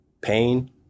pain